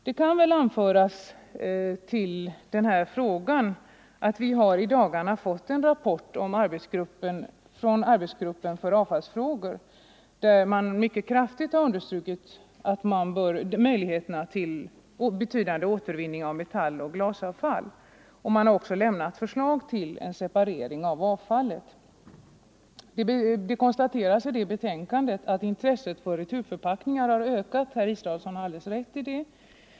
Det kan väl anföras i anslutning till den här frågan att vi i dagarna har fått en rapport från arbetsgruppen för avfallsfrågor, där man kraftigt har understrukit möjligheten till betydande återvinning av metalloch glasavfall. Man har också lämnat förslag om en separering av avfallet. I betänkandet konstateras att intresset för returförpackningar har ökat; herr Israelsson har alldeles rätt i det.